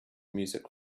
music